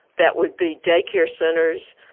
that would be day care centres,